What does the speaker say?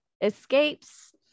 escapes